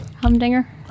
humdinger